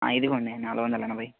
ఇదిగోండి నాలుగు వందల ఎనభై